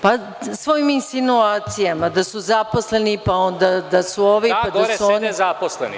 Pa, svojim insinuacijama da su zaposleni, pa da su ovi, pa da su oni.